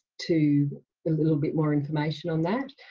to a little bit more information on that.